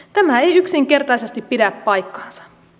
tämä ei yksinkertaisesti pidä paikkaansa